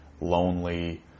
lonely